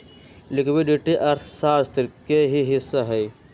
liquidity अर्थशास्त्र के ही हिस्सा हई